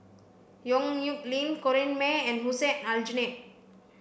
Yong Nyuk Lin Corrinne May and Hussein Aljunied